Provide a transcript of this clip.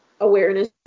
awareness